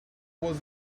was